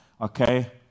okay